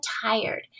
tired